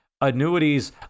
annuities